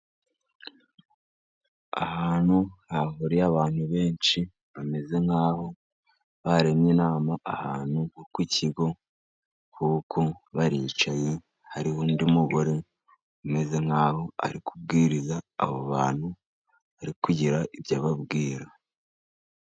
Ahantu hahuriye abantu benshi bameze nkaho baremye inama, ni ahantu ku kigo kuko baricaye hari undi mugore umeze nkaho ari kubwiriza abo bantu bari kugira ibyo ababwira.